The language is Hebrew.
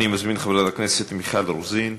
אני מזמין את חברת הכנסת מיכל רוזין.